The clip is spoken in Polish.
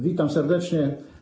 Witam serdecznie.